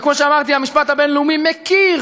וכמו שאמרתי, המשפט הבין-לאומי מכיר